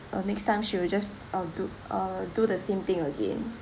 uh next time she will just uh do uh do the same thing again